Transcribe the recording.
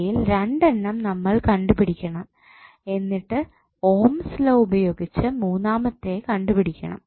ഇവയിൽ രണ്ടെണ്ണം നമ്മൾ കണ്ടുപിടിക്കണം എന്നിട്ട് ഓംസ് ലോ ഉപയോഗിച്ച് മൂന്നാമത്തേത് കണ്ടുപിടിക്കാം